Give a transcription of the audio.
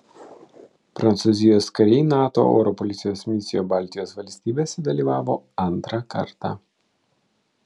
prancūzijos kariai nato oro policijos misijoje baltijos valstybėse dalyvavo antrą kartą